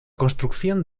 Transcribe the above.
construcción